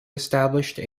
established